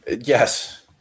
yes